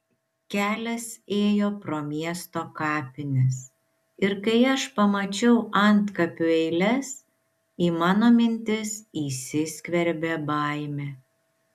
kelias ėjo pro miesto kapines ir kai aš pamačiau antkapių eiles į mano mintis įsiskverbė baimė